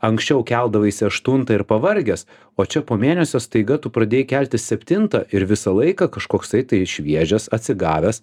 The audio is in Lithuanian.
anksčiau keldavaisi aštuntą ir pavargęs o čia po mėnesio staiga tu pradėjai keltis septintą ir visą laiką kažkoksai tai šviežias atsigavęs